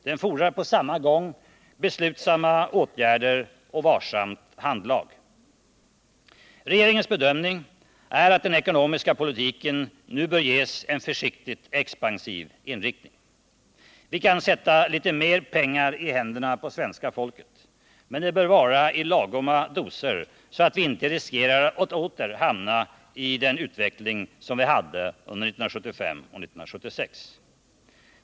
Den fordrar på samma gång beslutsamma åtgärder och varsamt handlag. Regeringens bedömning är att den ekonomiska politiken nu bör ges en försiktigt expansiv inriktning. Vi kan sätta litet mer pengar i händerna på svenska folket. Men det bör vara i lagom doser så att vi inte riskerar att åter hamna iden utveckling som vi hade 1975 och 1976.